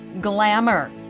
glamour